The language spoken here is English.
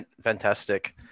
fantastic